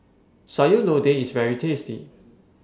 Sayur Lodeh IS very tasty